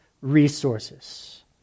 resources